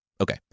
Okay